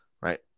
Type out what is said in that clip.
right